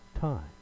time